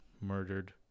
murdered